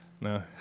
No